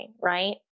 right